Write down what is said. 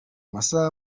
masaha